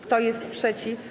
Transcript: Kto jest przeciw?